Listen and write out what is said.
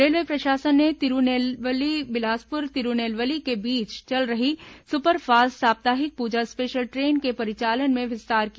railway प्रशासन ने तिरूनेल्वेली बिलासपुर तिरूनेल्वेली के बीच चल रही सुपर फास्ट साप्ताहिक प्रजा स्पेशल ट्रेन के परिचालन में विस्तार किया है